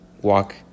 walk